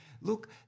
look